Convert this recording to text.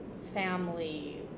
family